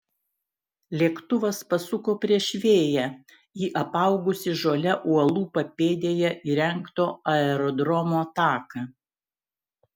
lėktuvas pasuko prieš vėją į apaugusį žole uolų papėdėje įrengto aerodromo taką